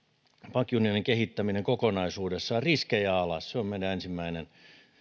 pankkiunionin kehittäminen kokonaisuudessaan riskejä alas se on meidän ensimmäinen